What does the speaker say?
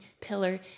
pillar